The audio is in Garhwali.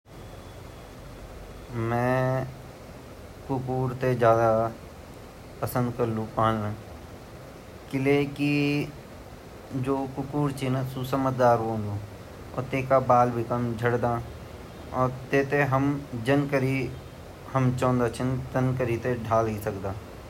वन ता मेते द्वी जानवर पसंद ची बिल्ली भी पसंद ची अर कुत्ता भी पसंद ची पर ब्वलन की कुत्ता ज़्यादा पालन भोत अछू वन ऊ इंसानूते भोत फैथ्फुल माना जांदा उते हम ज्वे ब्वोल दया ऊ कन बिल्ली ता हमारी घोर मू ही रन अर कुत्ता ता हमारी भैर भी रखवाली कन जंगल मा भी रखवाली कण अर खेतू मा भी रखवाली कन सब जगहे रखवाली कन, अगर हम वेते कुछ ढूंढनाते ब्वोल दयाला ता उ भी ऊ कर दयालु ता ये वेन कुत्ता पालन ज़्ज़्यादा उचित ची।